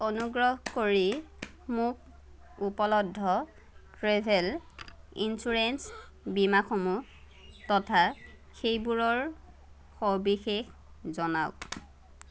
অনুগ্ৰহ কৰি মোক উপলব্ধ ট্ৰেভেল ইঞ্চুৰেন্স বীমাসমূহ তথা সেইবোৰৰ সবিশেষ জনাওঁক